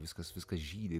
viskas viskas žydi